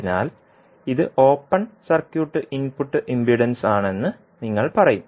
അതിനാൽ ഇത് open circuit input impedance ആണെന്ന് നിങ്ങൾ പറയും